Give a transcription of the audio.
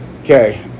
Okay